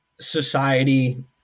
society